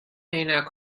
عینک